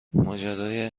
ماجرای